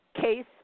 case